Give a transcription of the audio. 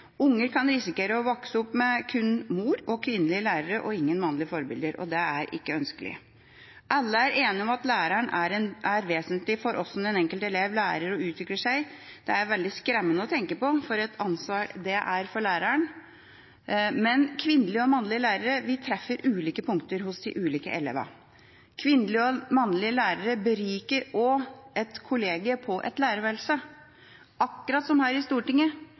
kan risikere å vokse opp med kun mor og kvinnelige lærere og ingen mannlige forbilder. Det er ikke ønskelig. Alle er enige om at læreren er vesentlig for hvordan den enkelte elev lærer og utvikler seg. Det er veldig skremmende å tenke på hvilket ansvar det er for læreren. Men kvinnelige lærere og mannlige lærere treffer ulike punkter hos de ulike elevene. Både kvinnelige og mannlige lærere beriker også et kollegium på et lærerværelse – akkurat som her i Stortinget.